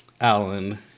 Alan